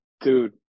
Dude